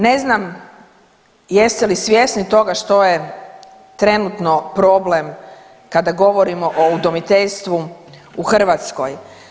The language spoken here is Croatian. Ne znam jeste li svjesni toga što je trenutno problem kada govorimo o udomiteljstvu u Hrvatskoj.